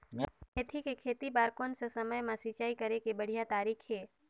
मेथी के खेती बार कोन सा समय मां सिंचाई करे के बढ़िया तारीक हे?